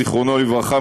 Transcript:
זיכרונו לברכה,